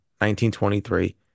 1923